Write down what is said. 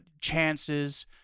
chances